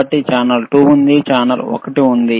కాబట్టి ఛానల్ 2 ఉంది ఛానల్ ఒకటి ఉంది